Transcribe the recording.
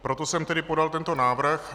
Proto jsem podal tento návrh.